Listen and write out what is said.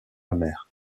amer